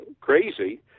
crazy